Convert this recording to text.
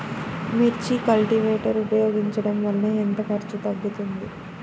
మిర్చి కల్టీవేటర్ ఉపయోగించటం వలన ఎంత ఖర్చు తగ్గుతుంది?